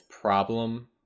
problem